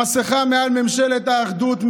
המסכה מעל ממשלת האחדות,